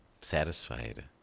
satisfied